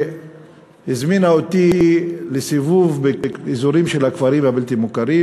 שהזמינה אותי לסיבוב באזורים של הכפרים הבלתי-מוכרים,